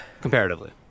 Comparatively